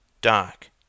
dark